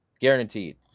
Guaranteed